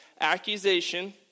accusation